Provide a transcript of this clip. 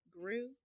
grew